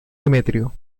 demetrio